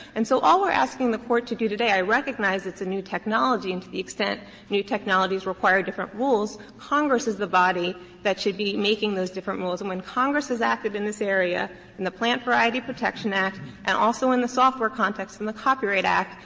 and so all we are asking the court to do today i recognize it's a new technology and to the extent new technologies require different rules, congress is the body that should be making those different rules. and when congress has acted in this area in the plant variety protection act and also in the software context in the copyright act,